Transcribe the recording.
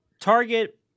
Target